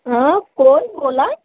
हं कोण बोला